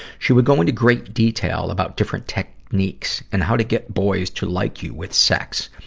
she would go into great detail about different techniques and how to get boys to like you with sex.